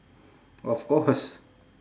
of course